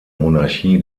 monarchie